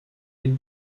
les